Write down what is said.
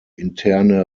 interne